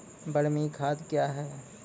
बरमी खाद कया हैं?